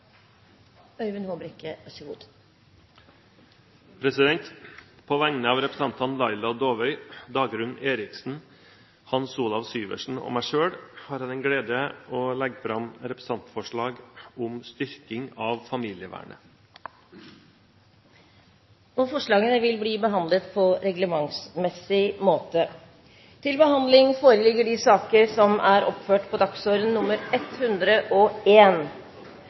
Øyvind Håbrekke vil framsette et representantforslag. På vegne av representantene Laila Dåvøy, Dagrun Eriksen, Hans Olav Syversen og meg selv har jeg den glede å legge fram representantforslag om styrking av familievernet. Forslagene vil bli behandlet på reglementsmessig måte. Før sakene på dagens kart tas opp til behandling,